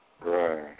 Right